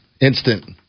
Instant